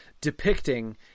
depicting